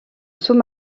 sous